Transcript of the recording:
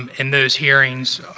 and those hearings